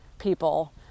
People